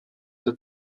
der